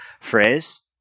phrase